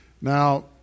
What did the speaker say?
Now